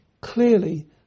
Clearly